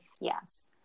yes